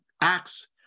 acts